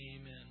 Amen